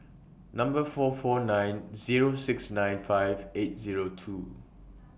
Number four four nine Zero six nine five eight Zero two